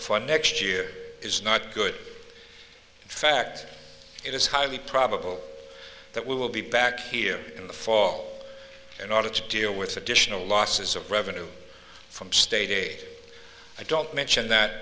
for next year is not good in fact it is highly probable that we will be back here in the fall in order to deal with additional losses of revenue from state a i don't mention that